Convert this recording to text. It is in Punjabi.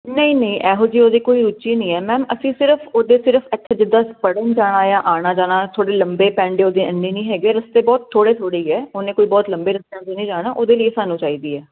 ਨਹੀਂ ਨਹੀਂ ਇਹੋ ਜਿਹੀ ਉਹਦੀ ਕੋਈ ਉੱਚੀ ਨਹੀਂ ਹੈ ਮੈਮ ਅਸੀਂ ਸਿਰਫ਼ ਉਹਦੇ ਸਿਰਫ਼ ਇੱਥੇ ਜਿੱਦਾਂ ਪੜ੍ਹਨ ਜਾਣਾ ਆ ਆਉਣਾ ਜਾਣਾ ਥੋੜ੍ਹੇ ਲੰਬੇ ਪੈਂਡੇ ਉਹਦੇ ਇੰਨੇ ਨਹੀਂ ਹੈਗੇ ਰਸਤੇ ਬਹੁਤ ਥੋੜ੍ਹੇ ਥੋੜ੍ਹੇ ਹੀ ਹੈ ਉਹਨੇ ਕੋਈ ਬਹੁਤ ਲੰਬੇ ਰਸਤਿਆਂ 'ਤੇ ਨਹੀਂ ਜਾਣਾ ਉਹਦੇ ਲੀਏ ਸਾਨੂੰ ਚਾਹੀਦੀ ਹੈ